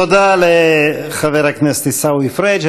תודה לחבר הכנסת עיסאווי פריג'.